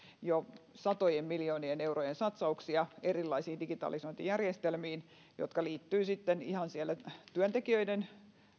jo satojen miljoonien eurojen satsauksia erilaisiin digitalisointijärjestelmiin jotka liittyvät ihan työntekijöiden